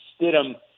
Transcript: Stidham